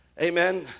amen